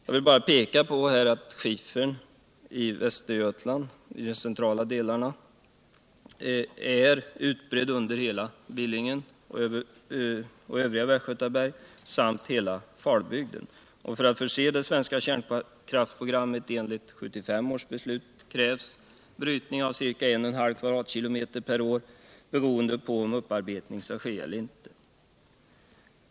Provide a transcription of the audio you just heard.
Jag vill bara påpeka att skiffern i de centrala delarna av Västergötland är utbredd under hela Billingen och övriga västgötaberg samt hela Falbygden. För att förse det svenska kärnkrafisprogrammet enligt 1975 års beslut krävs brytning av ca 1,5 kvadratkilometer per år. beroende på om upparbetning skall ske eller inte.